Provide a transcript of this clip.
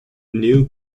new